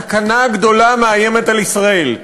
סכנה גדולה מאיימת על ישראל: